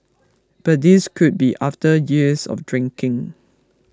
but this could be after years of drinking